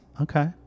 Okay